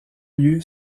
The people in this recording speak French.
lieu